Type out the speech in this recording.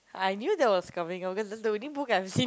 I knew that was coming because that's the only book I've seen